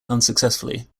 unsuccessfully